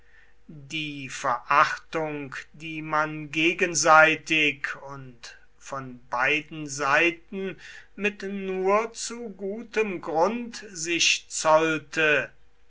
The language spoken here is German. die verachtung die man gegenseitig und von beiden seiten mit nur zu gutem grund sich zollte